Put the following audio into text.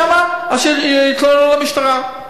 אם הכריחו אותם עם אקדחים שם, אז שיתלוננו במשטרה.